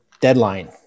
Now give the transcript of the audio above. deadline